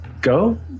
go